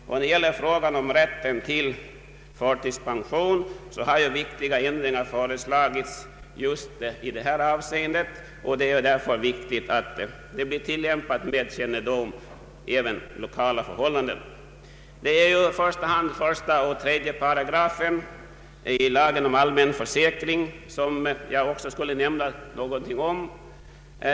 När det gäller frågan om rätten till förtidspension har viktiga ändringar företagits i 7 kap. 1 och 3 §§ i lagen om allmän försäkring.